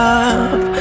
up